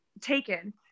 taken